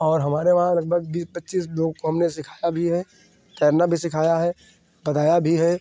और हमारे वहाँ लगभग बीस पच्चीस लोगों को हमने सिखाया भी है तैरना भी सिखाया है बताया भी है